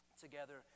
together